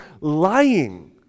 lying